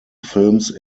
films